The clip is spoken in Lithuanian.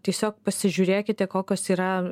tiesiog pasižiūrėkite kokios yra